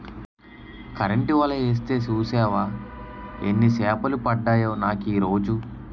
Current వల యేస్తే సూసేవా యెన్ని సేపలు పడ్డాయో నాకీరోజు?